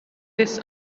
this